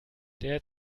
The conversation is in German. der